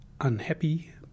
Unhappy